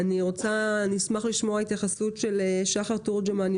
אני אשמח לשמוע התייחסות של שחר תורג'מן,